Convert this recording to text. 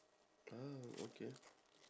ah okay